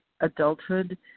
adulthood